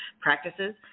practices